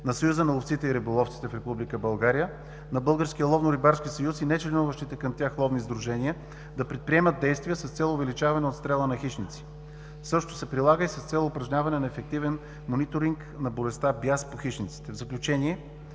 на Съюза на ловците и риболовците в Република България, на Българския ловно-рибарски съюз и не членуващите към тях ловни сдружения да предприемат действия с цел увеличаване на отстрела на хищници. Същото се прилага и с цел упражняване на ефективен мониторинг на болестта „бяс“ по хищниците. В заключение